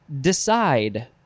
decide